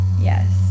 Yes